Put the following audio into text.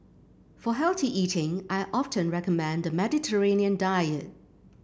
for healthy eating I often recommend the Mediterranean diet